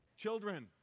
Children